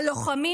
הלוחמים